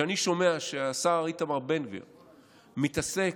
כשאני שומע שהשר בן גביר מתעסק,